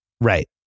Right